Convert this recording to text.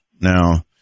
now